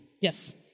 yes